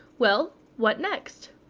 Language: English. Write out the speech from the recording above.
well, what next?